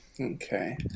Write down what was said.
Okay